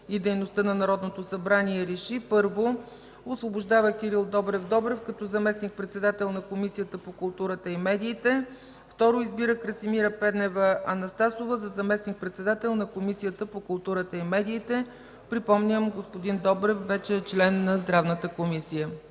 и дейността на Народното събрание РЕШИ: 1. Освобождава Кирил Добрев Добрев като заместник-председател на Комисията по културата и медиите. 2. Избира Красимира Пенева Анастасова за заместник-председател на Комисията по културата и медиите.” Припомням, господин Добрев вече е член на Здравната комисия.